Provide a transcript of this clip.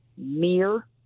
Mere